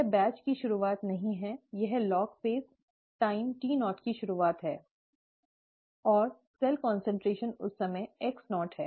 यह बैच की शुरुआत नहीं है यह लॉग चरण टाइम t0 की शुरुआत है और सेल कॉन्सन्ट्रेशन उस समय x0 है